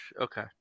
Okay